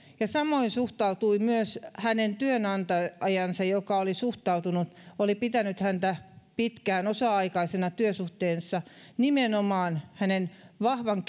ja samoin suhtautui myös hänen työnantajansa joka oli pitänyt häntä pitkään osa aikaisessa työsuhteessa nimenomaan hänen vahvan